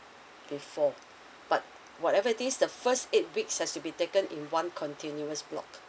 before but whatever it is the first eight weeks has to be taken in one continuous block